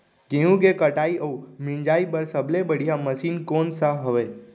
गेहूँ के कटाई अऊ मिंजाई बर सबले बढ़िया मशीन कोन सा हवये?